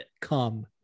come